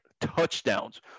touchdowns